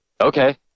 okay